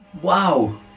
Wow